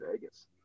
Vegas